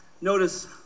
Notice